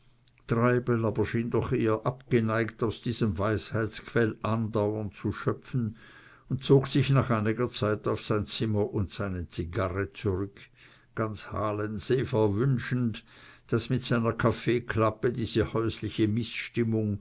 schien doch abgeneigt aus diesem weisheitsquell andauernd zu schöpfen und zog sich nach einiger zeit auf sein zimmer und seine zigarre zurück ganz halensee verwünschend das mit seiner kaffeeklappe diese häusliche mißstimmung